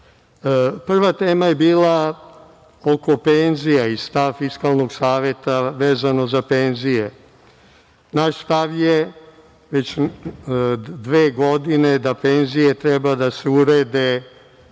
rade. Prva tema je bila oko penzija. Stav Fiskalnog saveta vezano za penzije. Naš stav je dve godine da penzije treba da se urede